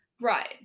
Right